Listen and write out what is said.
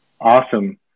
Awesome